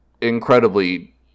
incredibly